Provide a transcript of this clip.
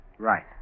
Right